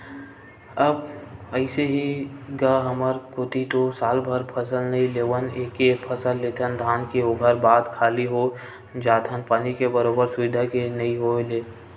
अब अइसे हे गा हमर कोती तो सालभर फसल नइ लेवन एके फसल लेथन धान के ओखर बाद खाली हो जाथन पानी के बरोबर सुबिधा के नइ होय ले